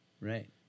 Right